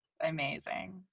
Amazing